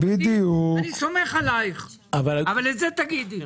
אני סומך עליך אבל את זה תגידי.